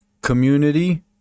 Community